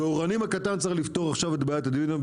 באורנים הקטן צריך לפתור עכשיו את בעיית הדיון היום,